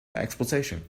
exploitation